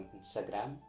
Instagram